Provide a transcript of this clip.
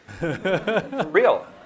Real